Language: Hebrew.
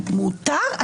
מותר?